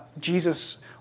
Jesus